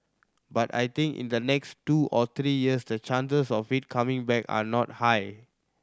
but I think in the next two or three years the chances of it coming back are not high